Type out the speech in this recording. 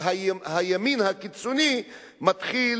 שהימין הקיצוני מתחיל